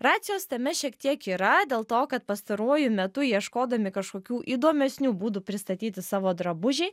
racijos tame šiek tiek yra dėl to kad pastaruoju metu ieškodami kažkokių įdomesnių būdų pristatyti savo drabužį